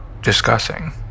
discussing